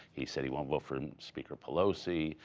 he said he won't vote for speaker pelosi.